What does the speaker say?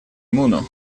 муну